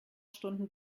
stunden